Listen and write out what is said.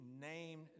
named